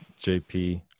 JP